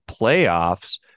playoffs